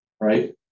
right